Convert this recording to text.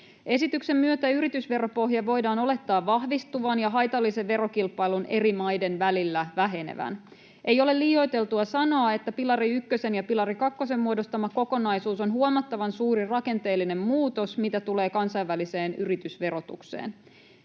Esityksen myötä yritysveropohjan voidaan olettaa vahvistuvan ja haitallisen verokilpailun eri maiden välillä vähenevän. Ei ole liioiteltua sanoa, että pilari ykkösen ja pilari kakkosen muodostama kokonaisuus on huomattavan suuri rakenteellinen muutos, mitä tulee kansainväliseen yritysverotukseen.